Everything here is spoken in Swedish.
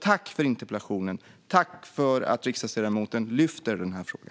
Tack för interpellationen och för att riksdagsledamoten lyfter denna fråga!